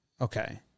Okay